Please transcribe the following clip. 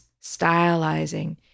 stylizing